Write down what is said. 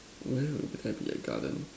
where would N_Y_P have garden